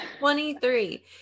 23